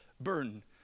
burden